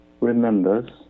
remembers